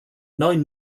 nine